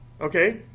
okay